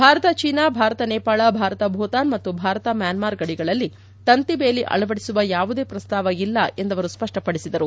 Bharat China Bharat Nepal Bharat Bhutan ಮತ್ತು ಭಾರತ ಮ್ಲಾನ್ತಾರ್ ಗಡಿಗಳಲ್ಲಿ ತಂತಿ ದೇಲಿ ಅಳವಡಿಸುವ ಯಾವುದೇ ಪ್ರಸ್ತಾವ ಇಲ್ಲ ಎಂದು ಅವರು ಸ್ಪಷ್ಟಪಡಿಸಿದರು